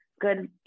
good